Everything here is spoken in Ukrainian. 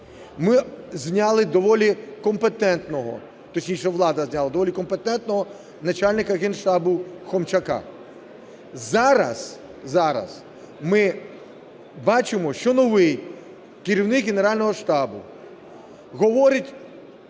Ми зняли доволі компетентного, точніше, влада зняла доволі компетентного начальника Генштабу Хомчака. Зараз, зараз ми бачимо, що новий керівник Генерального штабу говорить,